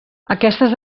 aquestes